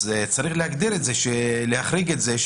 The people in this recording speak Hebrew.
אז צריך להחריג את זה.